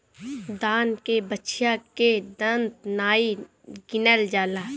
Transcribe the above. दान के बछिया के दांत नाइ गिनल जाला